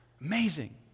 Amazing